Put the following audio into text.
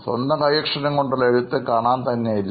സ്വന്തം കൈയ്യക്ഷരം കൊണ്ടുള്ള എഴുത്ത് കാണാൻ തന്നെയില്ല